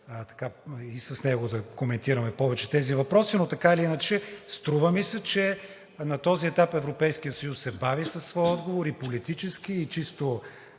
и с него да коментираме повече тези въпроси. Струва ми се, че на този етап Европейският съюз се бави със своя отговор – и политически, и чисто